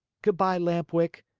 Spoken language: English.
good-by, lamp-wick.